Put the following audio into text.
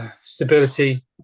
Stability